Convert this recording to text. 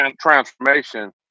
transformation